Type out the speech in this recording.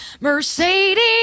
Mercedes